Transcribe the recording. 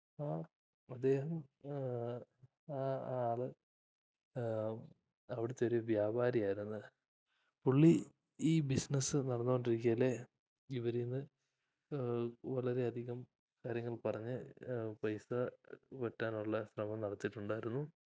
ആ അദ്ദേഹം ആൾ അവിടുത്തെ ഒരു വ്യാപാരിയായിരുന്നു പുള്ളി ഈ ബിസിനസ്സ് നടന്നുകൊണ്ടിരിക്കുകതന്നെ ഇവരിൽനിന്നു വളരെയധികം കാര്യങ്ങൾ പറഞ്ഞ് പൈസ വെട്ടാനുള്ള ശ്രമം നടത്തിയിട്ടുണ്ടായിരുന്നു